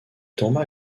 tomba